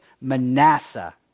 Manasseh